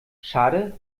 schade